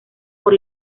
por